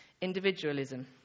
individualism